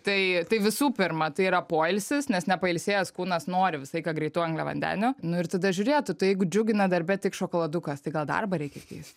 tai tai visų pirma tai yra poilsis nes nepailsėjęs kūnas nori visą laiką greitų angliavandenių nu ir tada žiūrėtų tai jeigu džiugina darbe tik šokoladukas tai gal darbą reikia keist